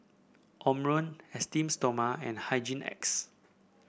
Omron Esteem Stoma and Hygin X